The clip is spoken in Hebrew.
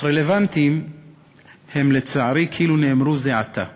אך רלוונטיים הם, לצערי, כאילו נאמרו זה עתה: